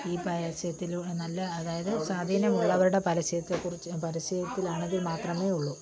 ഈ പരസ്യത്തിലൂടെ നല്ല അതായത് സ്വാധീനമുള്ളവരുടെ പരസ്യത്തെക്കുറിച്ചും പരസ്യത്തിലാണെങ്കിൽ മാത്രമേ ഉള്ളു